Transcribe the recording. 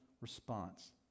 response